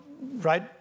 right